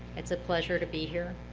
it's a pleasure to be here,